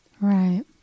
Right